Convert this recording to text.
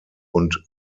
und